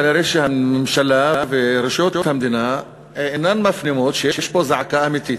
כנראה הממשלה ורשויות המדינה אינן מפנימות שיש פה זעקה אמיתית.